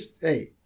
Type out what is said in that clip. Hey